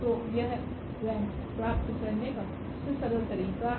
तो यह रेंक प्राप्त करने का सबसे सरल तरीका है